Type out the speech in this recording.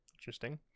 Interesting